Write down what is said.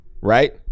right